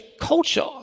culture